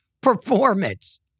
performance